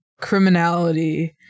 criminality